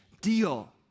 deal